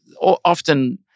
often